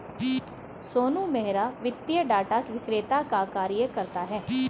सोनू मेहरा वित्तीय डाटा विक्रेता का कार्य करता है